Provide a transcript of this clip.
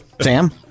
Sam